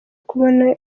kukubona